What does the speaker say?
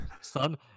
Son